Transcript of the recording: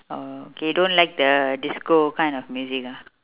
oh okay don't like the disco kind of music ah